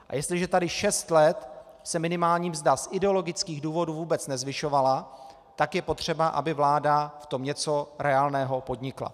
A jestliže se tady šest let minimální mzda z ideologických důvodů vůbec nezvyšovala, tak je potřeba, aby vláda v tom něco reálného podnikla.